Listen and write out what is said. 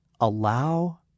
allow